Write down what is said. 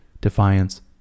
defiance